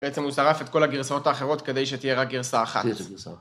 בעצם הוא שרף את כל הגרסאות האחרות כדי שתהיה רק גרסא אחת.